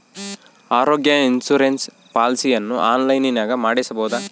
ಆರೋಗ್ಯ ಇನ್ಸುರೆನ್ಸ್ ಪಾಲಿಸಿಯನ್ನು ಆನ್ಲೈನಿನಾಗ ಮಾಡಿಸ್ಬೋದ?